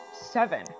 Seven